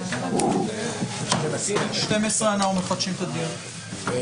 הישיבה ננעלה בשעה 12:00.